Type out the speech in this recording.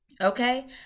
Okay